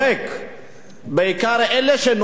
בעיקר אלה שנושאים בנטל,